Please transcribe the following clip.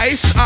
Ice